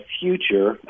future